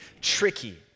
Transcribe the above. tricky